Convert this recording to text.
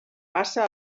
passa